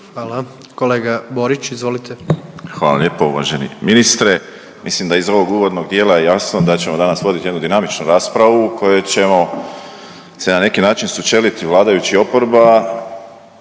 Hvala. Kolega Borić, izvolite. **Borić, Josip (HDZ)** Hvala lijepo ministre. Mislim da je iz ovog uvodnog dijela jasno da ćemo danas voditi jednu dinamičnu raspravu u kojoj ćemo se na neki način sučeliti vladajući i oporba